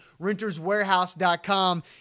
RentersWarehouse.com